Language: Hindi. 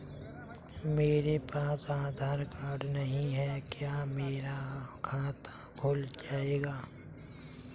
मेरे पास आधार कार्ड नहीं है क्या मेरा खाता खुल जाएगा?